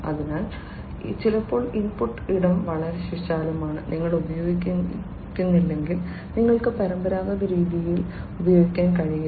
അതിനാൽ ചിലപ്പോൾ ഇൻപുട്ട് ഇടം വളരെ വിശാലമാണ് നിങ്ങൾ ഉപയോഗിക്കുന്നില്ലെങ്കിൽ നിങ്ങൾക്ക് പരമ്പരാഗത തിരയൽ രീതികൾ ഉപയോഗിക്കാൻ കഴിയില്ല